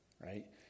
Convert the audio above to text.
right